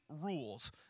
rules